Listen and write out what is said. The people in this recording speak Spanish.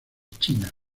china